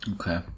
Okay